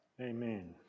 Amen